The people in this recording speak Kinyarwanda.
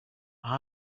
aho